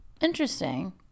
Interesting